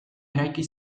eraiki